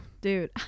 Dude